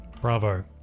bravo